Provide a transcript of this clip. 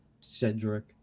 Cedric